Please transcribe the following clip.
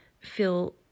feel